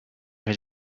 his